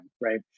right